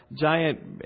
giant